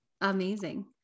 Amazing